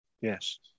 yes